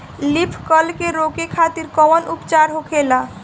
Leaf curl के रोके खातिर कउन उपचार होखेला?